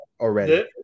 already